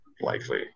likely